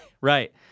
Right